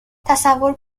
تصور